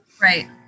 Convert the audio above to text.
Right